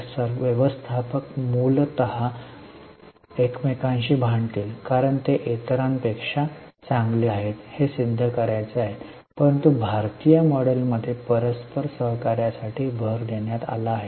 तर व्यवस्थापक मूलत एकमेकांशी भांडतील कारण ते इतरांपेक्षा चांगले आहेत हे सिद्ध करायचे आहेत परंतु भारतीय मॉडेलमध्ये परस्पर सहकार्यासाठी भर देण्यात आला आहे